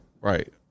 right